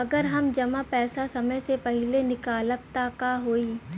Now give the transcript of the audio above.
अगर हम जमा पैसा समय से पहिले निकालब त का होई?